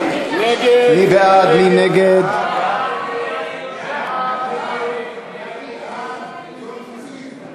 מול החרדים את לא מסוגלת